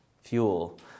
fuel